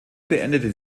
beendete